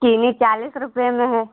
चीनी चालीस रुपये में है